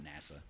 NASA